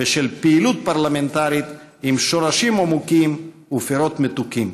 ושל פעילות פרלמנטרית עם שורשים עמוקים ופירות מתוקים.